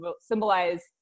symbolize